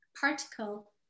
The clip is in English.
particle